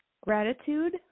gratitude